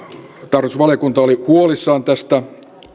tarkastusvaliokunta oli huolissaan tästä